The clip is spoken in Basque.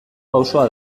pausoa